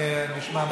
אני אשמע מה אתה רוצה.